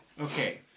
Okay